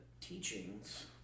teachings